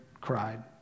cried